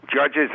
judges